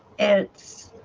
it's